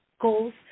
goals